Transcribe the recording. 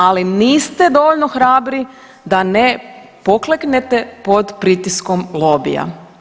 Ali niste dovoljno hrabri da ne pokleknete pod pritiskom lobija.